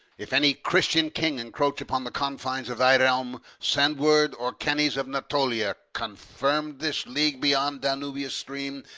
if any christian king encroach upon the confines of thy realm, send word, orcanes of natolia confirm'd this league beyond danubius' stream,